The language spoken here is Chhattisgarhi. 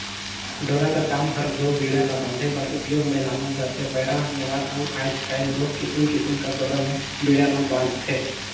डोरा कर काम हर दो बीड़ा ला बांधे बर उपियोग मे लानल जाथे पैरा, नेवार अउ आएज काएल दो किसिम किसिम कर डोरा मे बीड़ा ल बांधथे